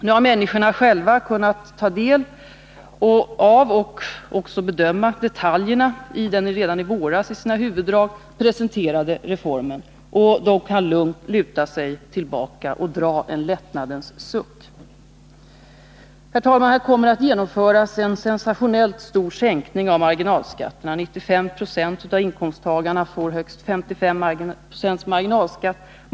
Nu har människorna själva kunnat ta del av och bedöma detaljerna i den redan i våras i sina huvuddrag presenterade reformen, och de kan lugnt luta sig tillbaka och dra en lättnadens suck. Herr talman! En sensationellt stor sänkning av marginalskatterna kommer att genomföras. 95 96 av inkomsttagarna får en marginalskatt på högst 55 96.